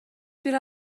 бир